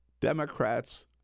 Democrats